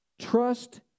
Trust